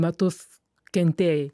metus kentėjai